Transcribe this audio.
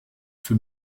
für